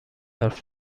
حرف